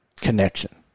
connection